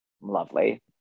lovely